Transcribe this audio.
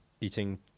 eating